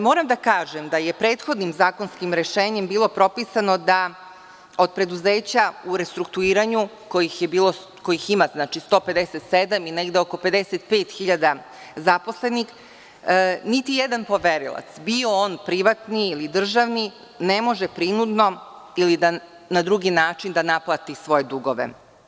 Moram da kažem da je prethodnim zakonskim rešenjima bilo propisano da od preduzeća u restrukturiranju, kojih ima 157 i negde oko 55.000 zaposlenih, niti jedan poverilac, bio on privatni ili državni, ne može na prinudno ili da na drugi način da naplati svoje dugove.